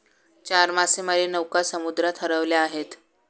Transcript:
चार मासेमारी नौका समुद्रात हरवल्या आहेत